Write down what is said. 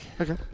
Okay